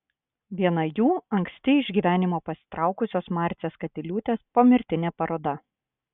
viena jų anksti iš gyvenimo pasitraukusios marcės katiliūtės pomirtinė paroda